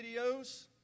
videos